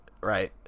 right